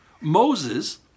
Moses